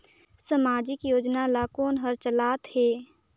समाजिक योजना ला कोन हर चलाथ हे?